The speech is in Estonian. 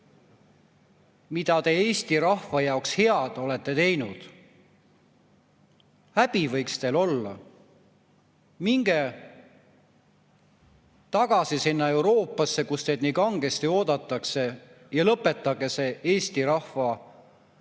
mida te Eesti rahva jaoks head olete teinud. Häbi võiks teil olla. Minge tagasi sinna Euroopasse, kus teid nii kangesti oodatakse, ja lõpetage see Eesti rahva